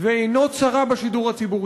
ועינו צרה בשידור הציבורי.